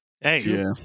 Hey